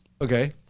Okay